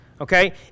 Okay